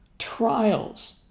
trials